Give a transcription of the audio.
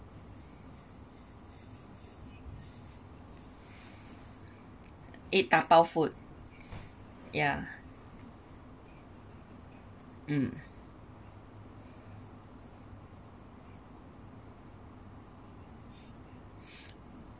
eat dabao food ya mm